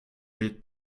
with